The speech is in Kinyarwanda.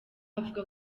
avuga